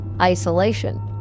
isolation